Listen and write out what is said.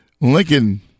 Lincoln